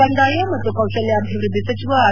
ಕಂದಾಯ ಮತ್ತು ಕೌಶಲ್ಯಾಭಿವೃದ್ಧಿ ಸಚಿವ ಆರ್